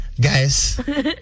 Guys